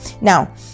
now